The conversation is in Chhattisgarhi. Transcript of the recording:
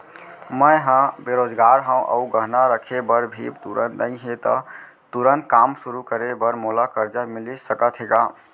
मैं ह बेरोजगार हव अऊ गहना रखे बर भी तुरंत नई हे ता तुरंत काम शुरू करे बर मोला करजा मिलिस सकत हे का?